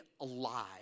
alive